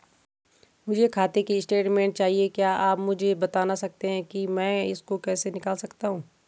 मुझे खाते की स्टेटमेंट चाहिए क्या आप मुझे बताना सकते हैं कि मैं इसको कैसे निकाल सकता हूँ?